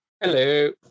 Hello